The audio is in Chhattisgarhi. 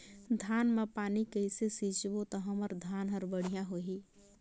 धान मा पानी कइसे सिंचबो ता हमर धन हर बढ़िया होही?